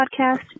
podcast